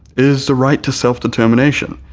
is the right to self-determination,